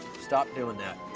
stop doing that.